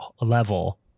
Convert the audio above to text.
level